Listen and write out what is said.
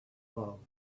bow